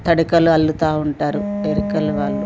తడికలు అల్లుతా ఉంటారు తడికల వాళ్ళు